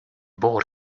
board